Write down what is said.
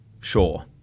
sure